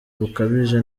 bukabije